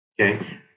Okay